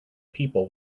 people